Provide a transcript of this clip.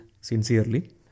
sincerely